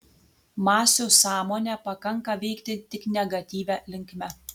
masių sąmonę pakanka veikti tik negatyvia linkme